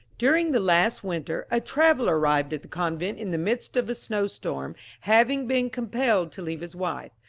during the last winter, a traveller arrived at the convent in the midst of a snow-storm, having been compelled to leave his wife,